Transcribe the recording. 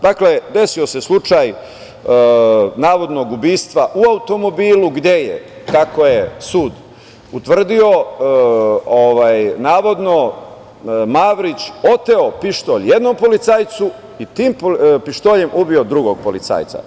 Dakle, desio se slučaj navodnog ubistva u automobilu, gde je, kako je sud utvrdio, navodno, Mavrić oteo pištolj jednom policajcu i tim pištoljem ubio drugog policajca.